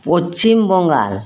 Paschim Bengal